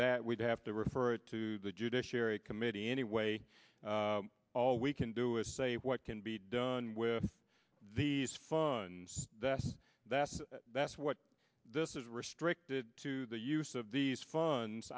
that we'd have to refer it to the judiciary committee anyway all we can do is say what can be done with these funds that's that's that's what this is restricted to the use of these funds